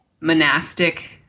monastic